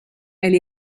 elle